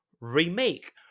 remake